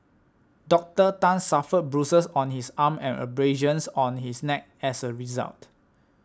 Doctor Tan suffered bruises on his arm and abrasions on his neck as a result